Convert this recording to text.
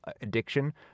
addiction